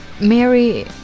Mary